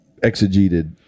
exegeted